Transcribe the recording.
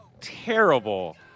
terrible